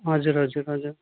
हजुर हजुर हजुर